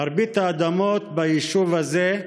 מרבית האדמות ביישוב הזה,